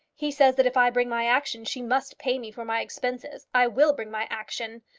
he says that if i bring my action she must pay me for my expenses. i will bring my action.